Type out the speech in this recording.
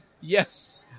Yes